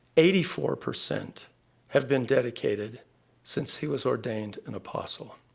eighty four percent have been dedicated since he was ordained an apostle.